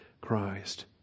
Christ